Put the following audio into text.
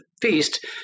feast